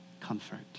comfort